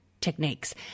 techniques